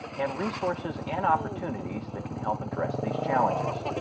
and resources and opportunities that can help address these challenges.